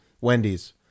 Wendy's